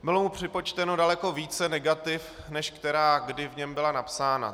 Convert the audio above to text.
Bylo mu připočteno daleko více negativ, než která kdy v něm byla napsána.